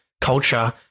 culture